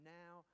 now